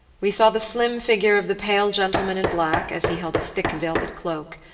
we saw the slim figure of the pale gentleman in black, as he held a thick velvet cloak,